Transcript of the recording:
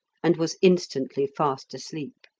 and was instantly fast asleep.